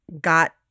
got